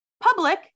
Public